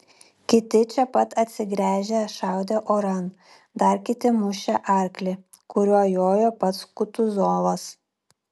kiti čia pat atsigręžę šaudė oran dar kiti mušė arklį kuriuo jojo pats kutuzovas